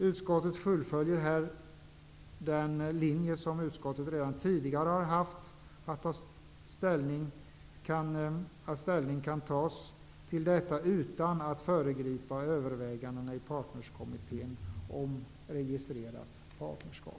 Utskottet fullföljer därmed den linje som utskottet redan tidigare har haft, att ställning kan tas till detta utan att föregripa övervägandena i Partnerskapskommittén om registrerat partnerskap.